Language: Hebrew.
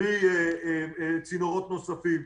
בלי צינורות נוספים.